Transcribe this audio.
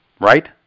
right